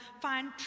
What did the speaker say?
find